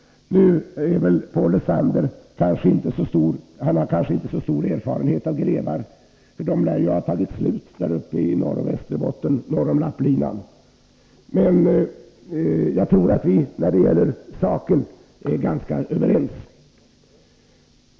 Nu har Paul Lestander kanske inte så stor erfarenhet av grevar, för de lär ju ha tagit slut uppe i Norrbotten och Västerbotten, norr om lapplinan, men jag tror att vi i sakfrågan är ganska överens.